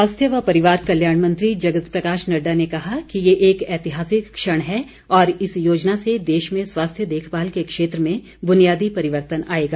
स्वास्थ्य व परिवार कल्याण मंत्री जगत प्रकाश नड्डा ने कहा कि ये एक ऐतिहासिक क्षण है और इस योजना से देश में स्वास्थ्य देखमाल के क्षेत्र में बुनियादी परिवर्तन आएगा